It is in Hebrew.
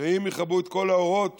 שאם יכבו את כל האורות